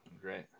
Great